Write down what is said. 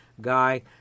guy